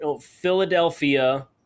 Philadelphia